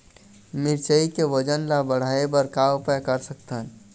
मिरचई के वजन ला बढ़ाएं बर का उपाय कर सकथन?